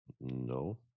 no